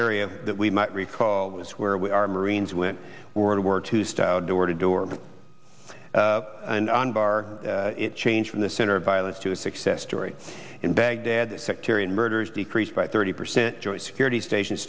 area that we might recall was where we are marines when world war two style door to door and unbar change from the center of violence to a success story in baghdad sectarian murders decreased by thirty percent joint security stations